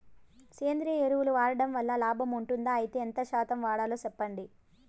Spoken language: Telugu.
సేంద్రియ ఎరువులు వాడడం వల్ల లాభం ఉంటుందా? అయితే ఎంత శాతం వాడాలో చెప్పండి?